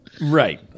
Right